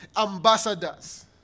ambassadors